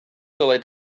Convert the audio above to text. dylai